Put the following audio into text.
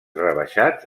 rebaixats